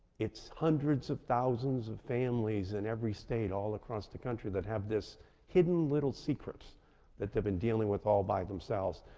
it's hundreds of thousands of families in every state all across the country that have this hidden little secret that they've been dealing with all by themselves.